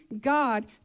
god